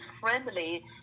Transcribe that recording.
friendly